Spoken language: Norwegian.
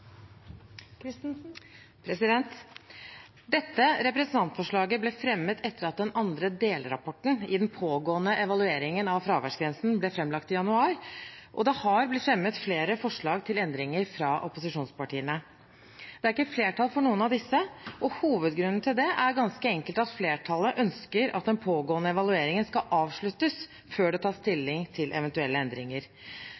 anses vedtatt. Dette representantforslaget ble fremmet etter at den andre delrapporten i den pågående evalueringen av fraværsgrensen ble framlagt i januar, og det har blitt fremmet flere forslag til endringer fra opposisjonspartiene. Det er ikke flertall for noen av disse, og hovedgrunnen til det er ganske enkelt at flertallet ønsker at den pågående evalueringen skal avsluttes før det tas